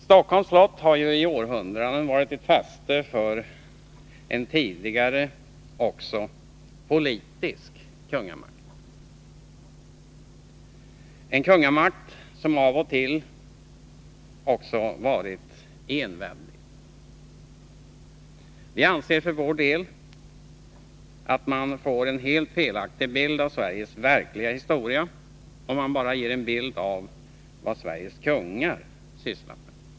Stockholms slott har i århundraden varit ett fäste för en tidigare också politisk kungamakt, en kungamakt som av och till varit enväldig. Vi anser för vår del att man får en helt felaktig bild av Sveriges verkliga historia, om man bara ger en beskrivning av vad Sveriges kungar har sysslat med.